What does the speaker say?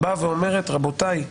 אומרת: רבותי,